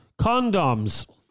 Condoms